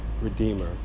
redeemer